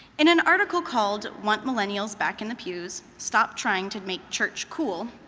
in an article called want millennials back in the pews? stop trying to make church cool.